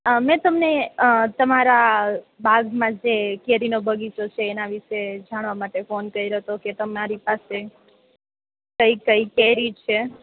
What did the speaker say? મે તમને તમારા બાગમાં જે કેરીનો બગીચો છે એના વિશે જાણવા માટે ફોન કર્યો તો કે તમારી પાસે કઈ કઈ કેરી છે